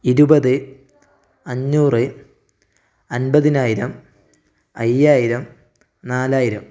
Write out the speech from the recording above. ഇരുപത് അഞ്ഞൂറ് അൻപതിനായിരം അയ്യായിരം നാലായിരം